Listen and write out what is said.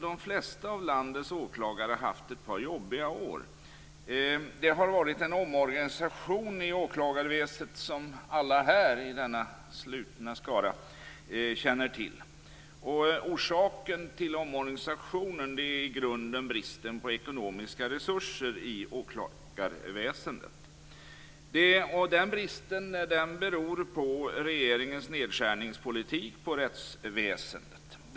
De flesta av landets åklagare har haft ett par jobbiga år. Det har genomförts en omorganisation i åklagarväsendet, som alla här i denna slutna skara känner till. Orsaken till omorganisationen är i grunden bristen på ekonomiska resurser i åklagarväsendet. Denna brist beror på regeringens nedskärningspolitik på rättsväsendets område.